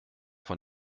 von